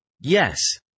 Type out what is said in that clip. Yes